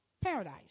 paradise